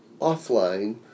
offline